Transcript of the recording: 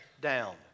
down